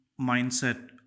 mindset